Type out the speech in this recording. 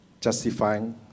justifying